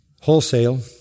wholesale